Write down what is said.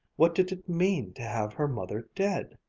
what did it mean to have her mother dead?